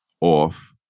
off